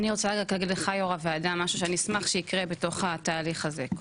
אני רוצה להגיד לך יו"ר הוועדה שאני אשמח שיהיה בתוך התהליך הזה.